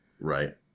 Right